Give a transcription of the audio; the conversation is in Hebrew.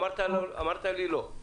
אמרת לי "לא".